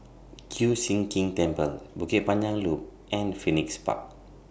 Kiew Sian King Temple Bukit Panjang Loop and Phoenix Park